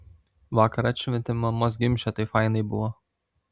vakar atšventėm mamos gimšę tai fainai buvo